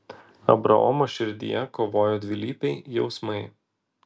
abraomo širdyje kovojo dvilypiai jausmai